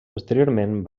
posteriorment